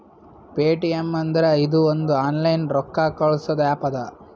Paytm ಅಂದುರ್ ಇದು ಒಂದು ಆನ್ಲೈನ್ ರೊಕ್ಕಾ ಕಳ್ಸದು ಆ್ಯಪ್ ಅದಾ